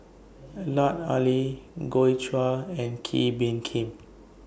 Lut Ali Joi Chua and Kee Bee Khim